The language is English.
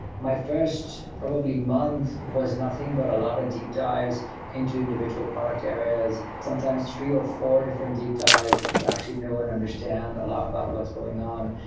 my first probably month was nothing but a lot of deep dives into individual product areas. sometimes three or four different deep dives to actually know and understand a lot about what's going on.